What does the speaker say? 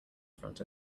front